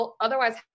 otherwise